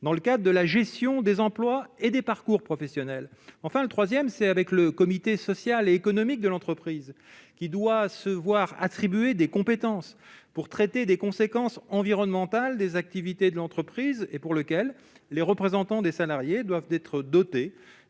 dans le cas de la gestion des emplois et des parcours professionnels, enfin le 3ème c'est avec le comité social et économique de l'entreprise qui doit se voir attribuer des compétences pour traiter des conséquences environnementales des activités de l'entreprise et pour lequel les représentants des salariés doivent être dotées